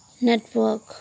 network